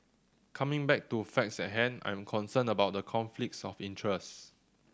coming back to facts at hand I am concerned about the conflicts of interest